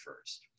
first